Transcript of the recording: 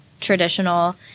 traditional